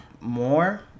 more